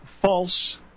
false